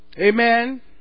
Amen